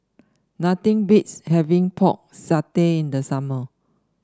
nothing beats having Pork Satay in the summer